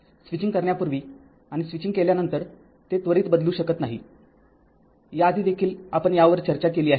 switching करण्यापूर्वी आणि switching केल्यानंतर ते त्वरित बदलू शकत नाही याआधीही देखील आपण यावर चर्चा केली आहे